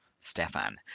stefan